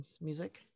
music